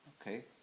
Okay